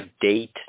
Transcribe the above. date